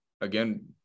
again